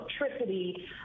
electricity